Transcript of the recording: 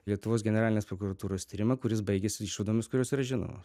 lietuvos generalinės prokuratūros tyrimą kuris baigėsi išvadomis kurios yra žinomos